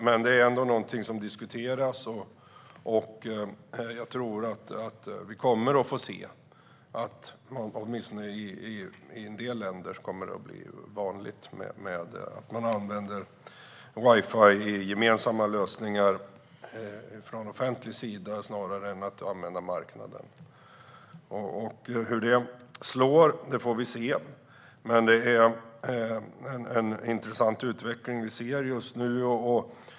Men det är ändå någonting som diskuteras, och jag tror att vi kommer att få se åtminstone i en del länder att det blir vanligt med gemensamma wifi-lösningar från offentlig sida snarare än att man använder marknaden. Hur detta slår får vi se. Men det är en intressant utveckling vi ser just nu.